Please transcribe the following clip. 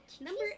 Number